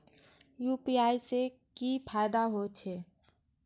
UPI से की फायदा हो छे?